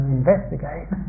investigate